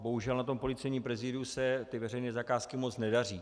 Bohužel na Policejním prezidiu se veřejné zakázky moc nedaří.